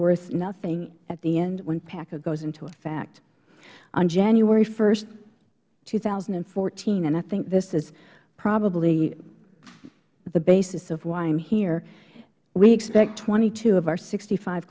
worth nothing at the end when ppaca goes into effect on january st two thousand and fourteen and i think this is probably the basis of why i am here we expect twenty two of our sixty five